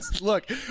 look